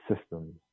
systems